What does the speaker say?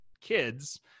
kids